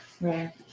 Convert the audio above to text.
right